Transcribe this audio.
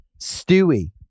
Stewie